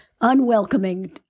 unwelcoming